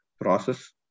process